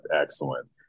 excellent